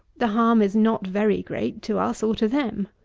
the harm is not very great to us or to them.